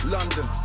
London